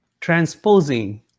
transposing